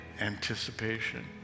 anticipation